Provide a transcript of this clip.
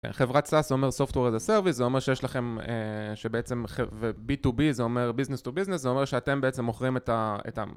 חברת סאס אומר software as a service זה אומר שיש לכם שבעצם b2b זה אומר business to business זה אומר שאתם בעצם מוכרים את ה... את ה..